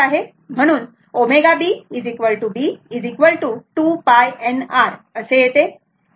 म्हणून ω b b 2 π n r असे येते बरोबर